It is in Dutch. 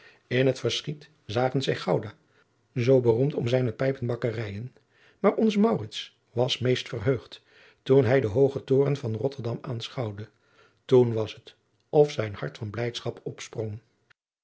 in het verschiet zagen zij gouda zoo beroemd om zijne pijpenbakkerijen maar onze maurits was meest verheugd toen hij den hoogen toren van rotterdam aanschouwde toen was het of zijn hart van blijdschap opsprong